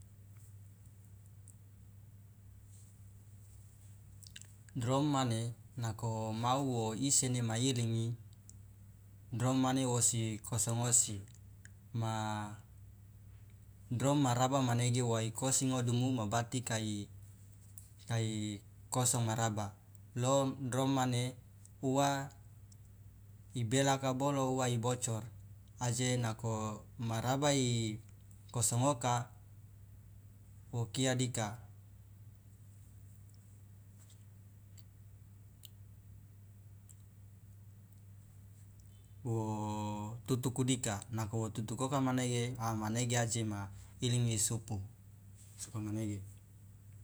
Drom mane nako mau wo isene ma ilingi drom mane wosi kosong osi ma drom ma raba mane wa aikosi ngodumu ma bati kai kai kosong ma raba lo drom mane uwa ibelaka bolo uwa ibocor aje nako maraba i kosong oka okia dika wo tutuku dika nako wo tutukoka manege a manege aje ma ilingi isupu sokomanege.